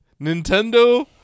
nintendo